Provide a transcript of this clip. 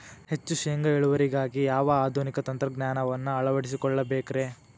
ಹೆಚ್ಚು ಶೇಂಗಾ ಇಳುವರಿಗಾಗಿ ಯಾವ ಆಧುನಿಕ ತಂತ್ರಜ್ಞಾನವನ್ನ ಅಳವಡಿಸಿಕೊಳ್ಳಬೇಕರೇ?